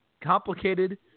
complicated